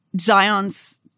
Zion's